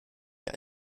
hier